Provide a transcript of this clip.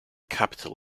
capital